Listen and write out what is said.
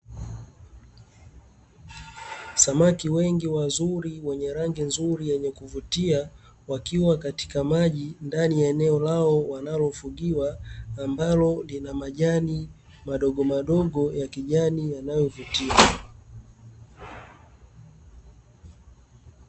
Samaki wengi wazuri wenye rangi nzuri yenye kuvutia wakiwa katika maji, ndani ya eneo lao wanalo wanafugiwa ambalo lina majani madogomadogo ya kijani yanayovutia.